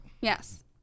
Yes